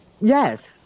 Yes